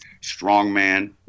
strongman